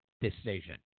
decision